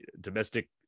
domestic